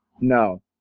no